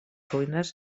ruïnes